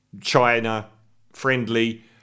China-friendly